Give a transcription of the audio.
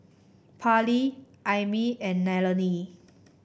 Parley Aimee and Nallely